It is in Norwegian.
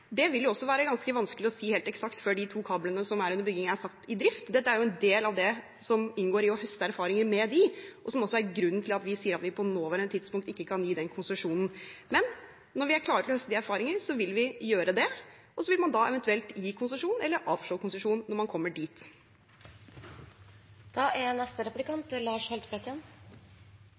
før de to kablene som er under bygging, er satt i drift. Dette er en del av det som inngår i å høste erfaringer med dem, noe som også er grunnen til at vi sier at vi på det nåværende tidspunkt ikke kan gi den konsesjonen. Når vi er klare til å høste de erfaringene, vil vi gjøre det, og så vil man da eventuelt gi konsesjon eller avslå konsesjon når man kommer